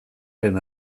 lehen